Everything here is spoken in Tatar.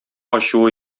ачуы